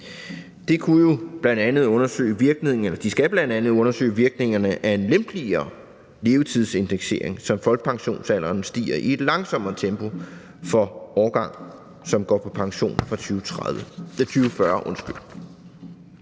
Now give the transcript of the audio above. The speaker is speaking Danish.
De skal bl.a. undersøge virkningerne af en lempeligere levetidsindeksering, så folkepensionsalderen stiger i et langsommere tempo for årgange, som går på pension fra 2040.